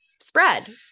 spread